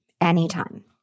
anytime